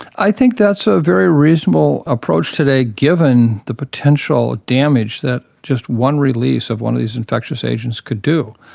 i think that's a very reasonable approach today given the potential damage that just one release of one of these infectious agents could do.